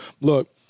look